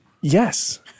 Yes